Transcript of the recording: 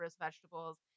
vegetables